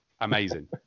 Amazing